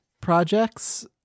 projects